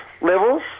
levels